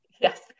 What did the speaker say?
Yes